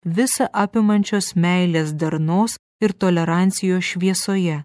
visa apimančios meilės darnos ir tolerancijos šviesoje